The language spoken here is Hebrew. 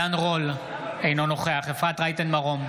עידן רול, אינו נוכח אפרת רייטן מרום,